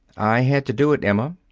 i had to do it, emma.